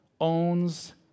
owns